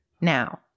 now